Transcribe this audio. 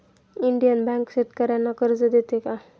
Indian bank शेतकर्यांना कर्ज देते का?